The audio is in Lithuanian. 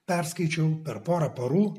perskaičiau per porą parų